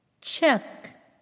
check